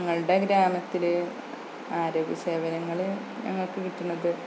ഞങ്ങളുടെ ഗ്രാമത്തില് ആരോഗ്യ സേവനങ്ങള് ഞങ്ങള്ക്ക് കിട്ടുന്നത്